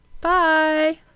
Bye